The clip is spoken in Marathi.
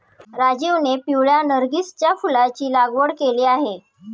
राजीवने पिवळ्या नर्गिसच्या फुलाची लागवड केली आहे